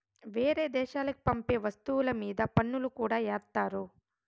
వేరే దేశాలకి పంపే వస్తువుల మీద పన్నులు కూడా ఏత్తారు